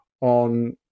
on